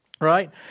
right